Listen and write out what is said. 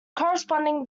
corresponding